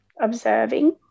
observing